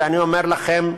ואני אומר לכם: